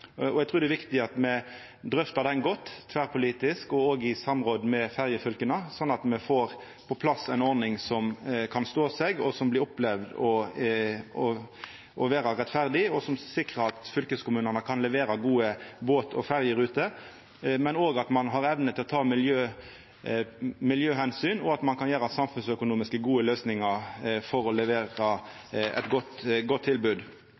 og eg trur det er viktig at me drøftar ho godt, tverrpolitisk og òg i samråd med ferjefylka, sånn at me får på plass ei ordning som kan stå seg, som blir opplevd å vera rettferdig, og som sikrar at fylkeskommunane kan levera gode båt- og ferjeruter, men òg at ein har evne til å ta miljøomsyn, og at ein kan ha samfunnsøkonomisk gode løysingar for å levera eit godt tilbod.